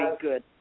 good